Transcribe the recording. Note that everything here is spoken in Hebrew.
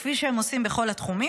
כפי שהם עושים בכל התחומים.